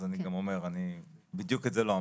אז אני גם אומר - אני לא אמרתי בדיוק את זה.